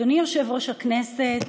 אדוני יושב-ראש הכנסת,